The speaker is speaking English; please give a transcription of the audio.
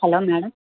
hello madam